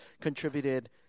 contributed